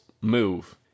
move